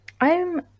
I'm-